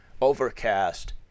Overcast